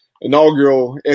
inaugural